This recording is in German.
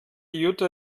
jutta